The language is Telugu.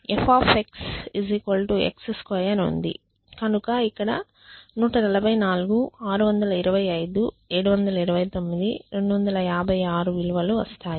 f x2 ఉంది కనుక ఇక్కడ 144 625 729 256 విలువలు వస్తాయి